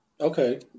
Okay